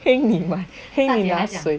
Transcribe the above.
heng 你买 heng 你拿水